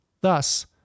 Thus